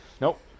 Nope